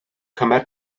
cymer